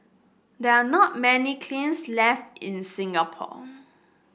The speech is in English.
there are not many kilns left in Singapore